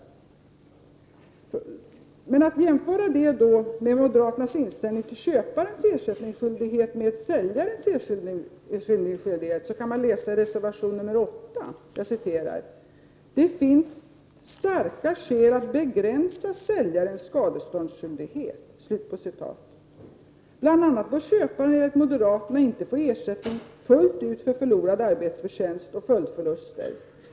föras med deras inställning till säljarens ersättningsskyldighet. Den finner man återgiven i reservation nr 8. Där heter det att det ”finns starka skäl att begränsa säljarens skadeståndsskyldighet”. Bl.a. bör köparen enligt moderaterna inte få ersättning fullt ut för förlorad arbetsförtjänst och följdförluster.